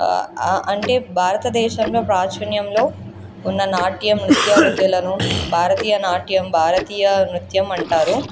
అంటే భారతదేశంలో ప్రాచుర్యంలో ఉన్న నాట్యం నృత్య వృత్తులను భారతీయ నాట్యం భారతీయ నృత్యం అంటారు